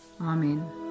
Amen